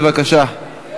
בבקשה.